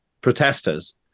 protesters